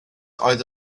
oedd